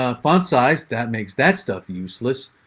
ah font size that makes that stuff useless.